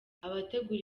abategura